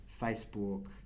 Facebook